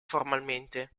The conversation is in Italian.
formalmente